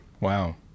Wow